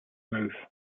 mouth